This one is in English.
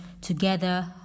together